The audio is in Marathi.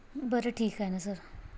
बरं ठीक आहे ना सर